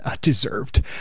deserved